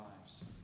lives